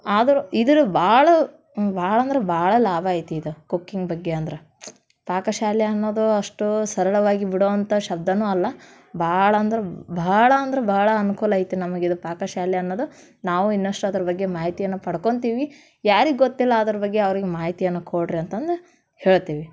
ಆದರೂ ಇದ್ರ ಭಾಳ ಭಾಳ ಅಂದ್ರೆ ಭಾಳ ಲಾಭ ಐತಿ ಇದು ಕುಕ್ಕಿಂಗ್ ಬಗ್ಗೆ ಅಂದ್ರೆ ಪಾಕಶಾಲೆ ಅನ್ನೋದು ಅಷ್ಟು ಸರಳವಾಗಿ ಬಿಡುವಂಥ ಶಬ್ದವೂ ಅಲ್ಲ ಭಾಳ ಅಂದ್ರೆ ಭಾಳ ಅಂದ್ರೆ ಭಾಳ ಅನ್ಕೂಲ ಐತಿ ನಮಗಿದು ಪಾಕಶಾಲೆ ಅನ್ನೋದು ನಾವೂ ಇನ್ನಷ್ಟು ಅದ್ರ ಬಗ್ಗೆ ಮಾಹಿತಿಯನ್ನು ಪಡ್ಕೋತೀವಿ ಯಾರಿಗೆ ಗೊತ್ತಿಲ್ಲ ಅದ್ರ ಬಗ್ಗೆ ಅವ್ರಿಗೆ ಮಾಹಿತಿಯನ್ನು ಕೊಡಿರಿ ಅಂತಂದು ಹೇಳ್ತೀವಿ